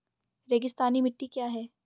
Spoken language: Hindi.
रेगिस्तानी मिट्टी क्या है?